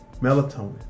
Melatonin